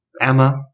Emma